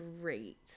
great